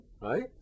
right